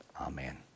Amen